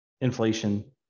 inflation